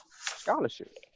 scholarship